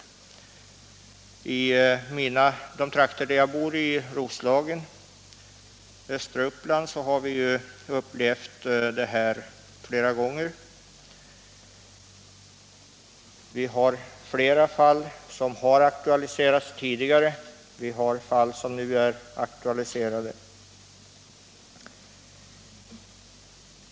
I de trakter där jag bor i Roslagen, i östra Uppland, har vi upplevt det här åtskilliga gånger. Vi har flera fall som har aktualiserats tidigare, och vi har fall som nu är aktualiserade.